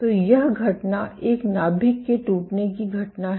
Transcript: तो यह घटना एक नाभिक के टूटने की घटना है